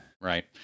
Right